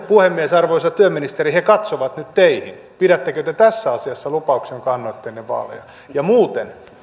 puhemies arvoisa työministeri he katsovat nyt teihin pidättekö te tässä asiassa lupauksen jonka annoitte ennen vaaleja ja muuten